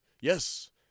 Yes